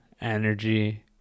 energy